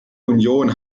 union